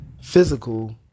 physical